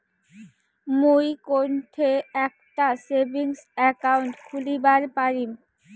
মুই কোনঠে একটা সেভিংস অ্যাকাউন্ট খুলিবার পারিম?